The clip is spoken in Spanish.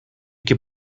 que